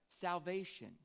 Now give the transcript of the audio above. salvation